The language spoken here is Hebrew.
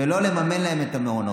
ולא לממן להן את המעונות.